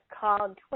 called